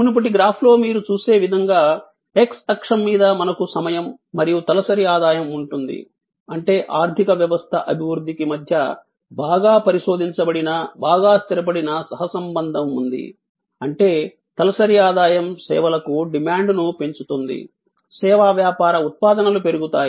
మునుపటి గ్రాఫ్లో మీరు చూసే విధంగా x అక్షం మీద మనకు సమయం మరియు తలసరి ఆదాయం ఉంటుంది అంటే ఆర్థిక వ్యవస్థ అభివృద్ధికి మధ్య బాగా పరిశోధించబడిన బాగా స్థిరపడిన సహ సంబంధం ఉంది అంటే తలసరి ఆదాయం సేవలకు డిమాండ్ను పెంచుతుంది సేవా వ్యాపార ఉత్పాదనలు పెరుగుతాయి